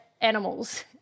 animals